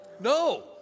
No